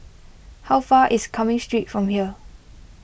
how far away is Cumming Street from here